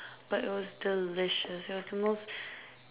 but it was delicious it was the most